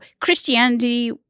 Christianity